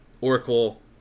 Oracle